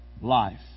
life